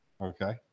okay